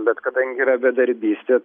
bet kadangi yra bedarbystė